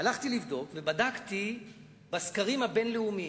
הלכתי לבדוק ובדקתי בסקרים הבין-לאומיים,